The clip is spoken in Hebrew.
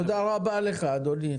תודה רבה לך אדוני.